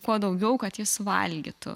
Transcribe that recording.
kuo daugiau kad ji suvalgytų